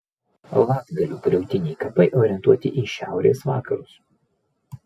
latgalių griautiniai kapai orientuoti į šiaurės vakarus